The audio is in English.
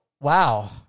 wow